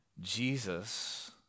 Jesus